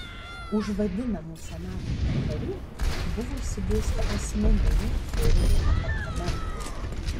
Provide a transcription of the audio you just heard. už vadinamų senato kambarių buvo išsidėstę asmeniniai fiurerio apartamentai